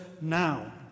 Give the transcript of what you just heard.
now